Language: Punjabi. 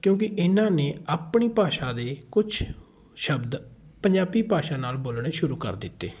ਕਿਉਂਕਿ ਇਹਨਾਂ ਨੇ ਆਪਣੀ ਭਾਸ਼ਾ ਦੇ ਕੁਛ ਸ਼ਬਦ ਪੰਜਾਬੀ ਭਾਸ਼ਾ ਨਾਲ ਬੋਲਣੇ ਸ਼ੁਰੂ ਕਰ ਦਿੱਤੇ